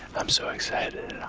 i'm so excited.